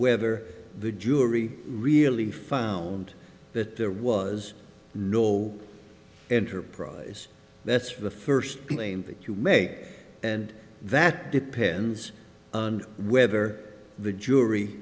whether the jury really found that there was no enterprise that's the first claim pick you make and that depends on whether the jury